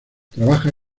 trabaja